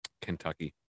Kentucky